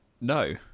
No